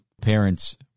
Parents